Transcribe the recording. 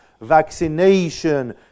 Vaccination